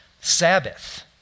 Sabbath